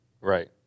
right